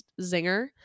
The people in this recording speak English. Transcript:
zinger